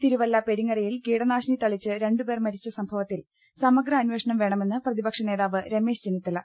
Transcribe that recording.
തിരുവല്ല പെരിങ്ങരയിൽ കീടനാശിനിതളിച്ച രണ്ടുപേർ മരിച്ച സംഭവത്തിൽ സമഗ്രാന്വേഷണം വേണമെന്ന് പ്രതിപക്ഷനേ താവ് രമേശ് ചെന്നിത്തല